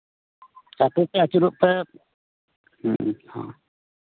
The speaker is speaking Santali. ᱠᱟᱹᱴᱤᱡ ᱟᱹᱪᱩᱨᱚᱜ ᱯᱮ ᱦᱮᱸ